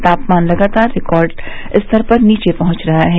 तापमान लगातार रिकार्ड स्तर पर नीचे पहुंच रहा है